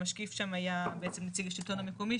המשקיף שם היה בעצם נציג השלטון המקומי,